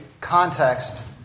context